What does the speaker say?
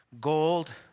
Gold